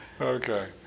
Okay